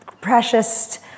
precious